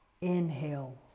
inhale